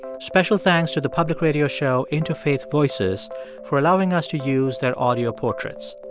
special thanks to the public radio show interfaith voices for allowing us to use their audio portraits.